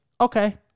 okay